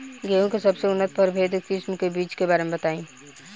गेहूँ के सबसे उन्नत किस्म के बिज के बारे में बताई?